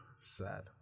Sad